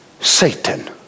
Satan